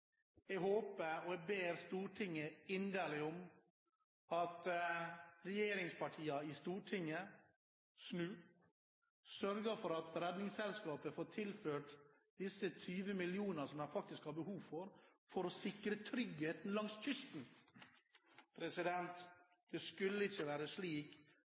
Jeg håper, og jeg ber Stortinget inderlig om at regjeringspartiene i Stortinget snur og sørger for at Redningsselskapet får tilført disse 20 mill. kr som de faktisk har behov for, for å sikre tryggheten langs kysten. Det skulle ikke være slik